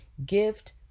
gift